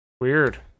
Weird